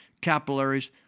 capillaries